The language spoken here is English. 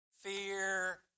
fear